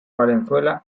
valenzuela